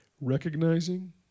recognizing